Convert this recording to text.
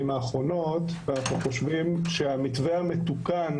האחרונות ואנחנו חושבים שהמתווה המתוקן,